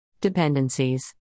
Dependencies